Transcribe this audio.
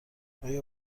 آیا